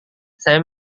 saya